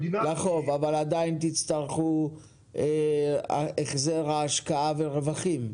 לחוב, אבל עדיין תצטרכו החזר השקעה ורווחים.